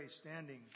standing